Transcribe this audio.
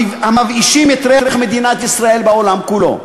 המבאישים את ריח מדינת ישראל בעולם כולו.